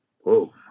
whoa